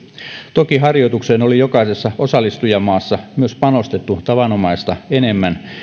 toki harjoitukseen oli jokaisessa osallistujamaassa myös panostettu tavanomaista enemmän